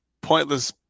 pointless